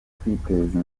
kwiteza